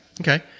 Okay